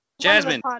Jasmine